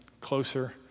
closer